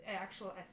actual